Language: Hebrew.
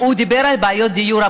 הוא דיבר על בעיות דיור.